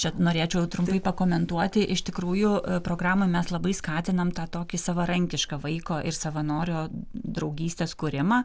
čia norėčiau trumpai pakomentuoti iš tikrųjų programą mes labai skatinam tą tokį savarankišką vaiko ir savanorio draugystės kūrimą